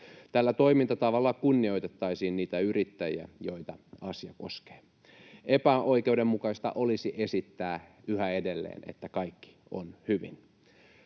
Tällä toimintatavalla kunnioitettaisiin niitä yrittäjiä, joita asia koskee. Epäoikeudenmukaista olisi esittää yhä edelleen, että kaikki on hyvin.